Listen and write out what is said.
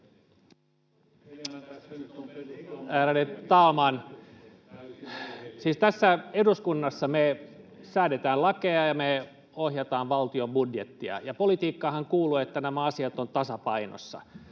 tässä eduskunnassa me säädetään lakeja ja me ohjataan valtion budjettia. Politiikkaanhan kuuluu, että nämä asiat ovat tasapainossa,